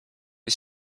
est